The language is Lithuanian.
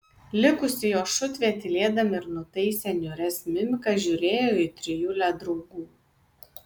likusi jo šutvė tylėdami ir nutaisę niūrias mimikas žiūrėjo į trijulę draugų